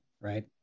right